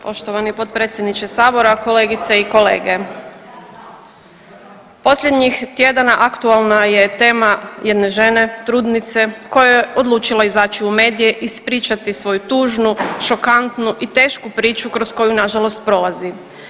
Poštovani potpredsjedniče sabora, kolegice i kolege, posljednjih tjedana aktualna je tema jedne žene, trudnice koja je odlučila izaći u medije, ispričati svoju tužnu šokantnu priču kroz koju nažalost prolazi.